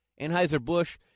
Anheuser-Busch